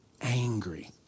angry